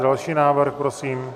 Další návrh, prosím.